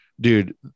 dude